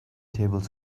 table